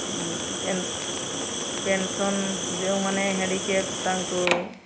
pension ଯେଉଁମାନେ handicap ତାଙ୍କୁ